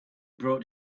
brought